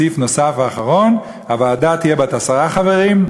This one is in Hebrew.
סעיף נוסף ואחרון: הוועדה תהיה בת עשרה חברים,